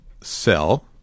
sell